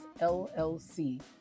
LLC